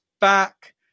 back